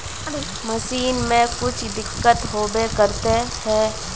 Machine में कुछ दिक्कत होबे करते है?